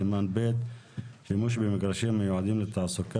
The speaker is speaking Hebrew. סימן ב'-שימוש במגרשים המיועדים לתעסוקה